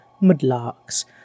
mudlarks